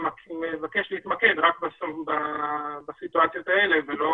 מבקש להתמקד רק בסיטואציות האלה ולא